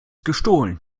gestohlen